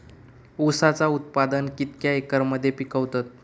ऊसाचा उत्पादन कितक्या एकर मध्ये पिकवतत?